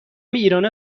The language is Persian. ایرانو